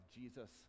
Jesus